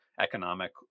economic